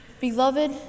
Beloved